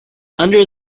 under